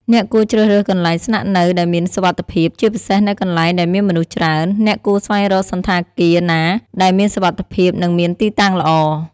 អ្នកគួរជ្រើសរើសកន្លែងស្នាក់នៅដែលមានសុវត្ថិភាព ជាពិសេសនៅកន្លែងដែលមានមនុស្សច្រើន អ្នកគួរស្វែងរកសណ្ឋាគារណាដែលមានសុវត្ថិភាព និងមានទីតាំងល្អ។